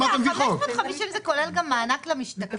--- 550 זה כולל גם מענק למשתכן?